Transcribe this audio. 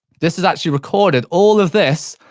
this is actually recorded, all of this,